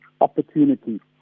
opportunity